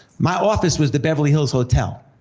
my office was the beverly hills hotel,